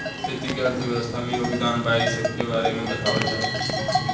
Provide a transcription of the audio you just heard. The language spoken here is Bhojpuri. खेती के अर्थव्यवस्था में योगदान बा इ सबके बारे में बतावल जाला